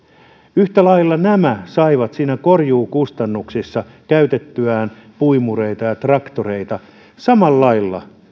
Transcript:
yhtä lailla nämä saivat korjuukustannuksissa käytettyään puimureita ja traktoreita samalla lailla